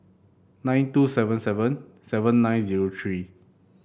nine two seven seven seven nine zero three